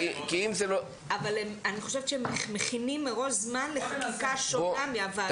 אני חושבת שהם מכינים מראש זמן לחקיקה שונה מהוועדות.